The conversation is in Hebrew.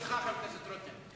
ברשותך, חבר הכנסת רותם.